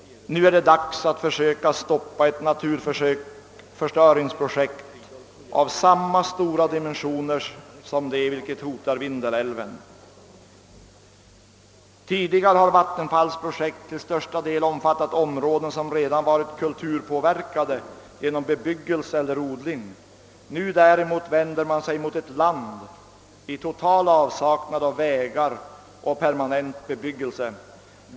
——— Nu är det dags att försöka stoppa ett naturförstöringsprojekt av samma stora dimensioner som det vilket hotar Vindelälven. ——— Tidigare har Vattenfalls projekt till största del omfattat områden som redan varit kulturpåverkade genom bebyggelse eller odling. Nu däremot vänder man sig mot ett land i total avsaknad av vägar och permanentbebyggelse.